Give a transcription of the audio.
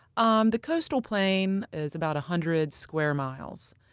um the coastal plain is about hundred square miles,